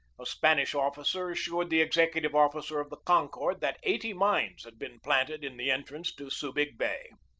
a spanish officer assured the executive officer of the concord that eighty mines had been planted in the entrance to subig bay.